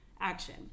action